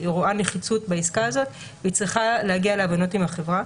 היא רואה נחיצות בעסקה הזאת והיא צריכה להגיע להבנות עם החברה.